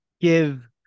give